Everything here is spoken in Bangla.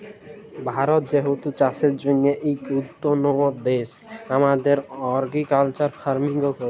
ভারত যেহেতু চাষের জ্যনহে ইক উল্যতম দ্যাশ, আমরা অর্গ্যালিক ফার্মিংও ক্যরি